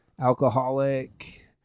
alcoholic